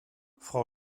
frau